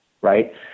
Right